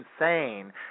insane